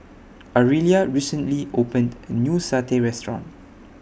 Ariella recently opened A New Satay Restaurant